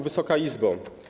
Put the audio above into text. Wysoka Izbo!